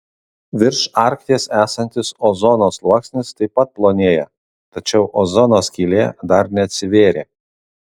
virš arkties esantis ozono sluoksnis taip pat plonėja tačiau ozono skylė dar neatsivėrė